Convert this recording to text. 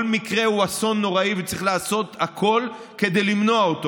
כל מקרה הוא אסון נוראי וצריך לעשות הכול כדי למנוע אותו,